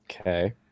Okay